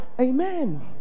Amen